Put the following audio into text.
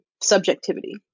subjectivity